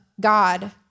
God